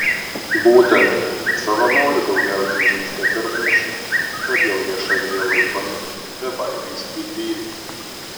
būtent savanorių daugiausiai žūsta per mūšius todėl jie šalyje laikomi bebaimiais didvyriais